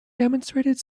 demonstrated